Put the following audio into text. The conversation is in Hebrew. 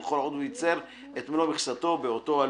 וכל עוד הוא ייצר את מלוא מכסתו באותו הלול."